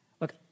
Look